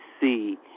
see